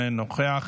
אינו נוכח,